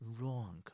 wrong